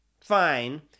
fine